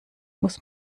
muss